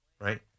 right